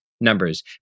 numbers